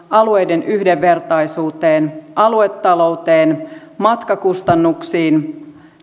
alueiden yhdenvertaisuuteen aluetalouteen matkakustannuksiin